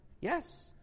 yes